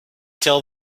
till